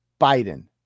Biden